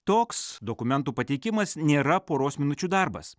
toks dokumentų pateikimas nėra poros minučių darbas